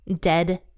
dead